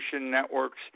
networks